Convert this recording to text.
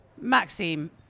Maxime